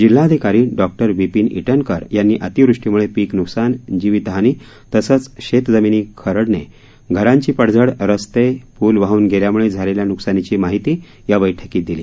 जिल्हाधिकारी डॉ विपिन ईटनकर यांनी अतिवृष्टीमुळे पिक न्कसान जीवीत हानी तसंच शेत जमीनी खरडणे घरांची पडझड रस्ते पूल वाहून गेल्यामुळे झालेल्या न्कसानीची माहिती या बैठकीत दिली